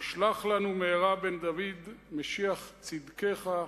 ושלח לנו מהרה בן דוד משיח צדקך,